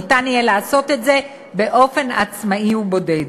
ניתן יהיה לעשות את זה באופן עצמאי ובודד.